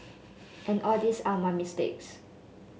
and all these are my mistakes